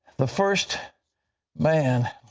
the first man.